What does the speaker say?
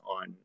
on